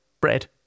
Bread